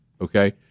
Okay